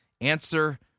Answer